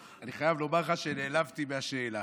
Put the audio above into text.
אני חייב לומר לך שנעלבתי מהשאלה.